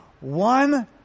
One